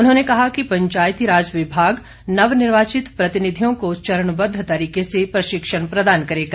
उन्होंने कहा कि पंचायती राज विभाग नव निर्वाचित प्रतिनिधियों को चरणबद्ध तरीके से प्रशिक्षण प्रदान करेगा